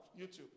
YouTube